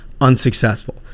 unsuccessful